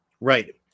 Right